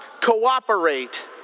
cooperate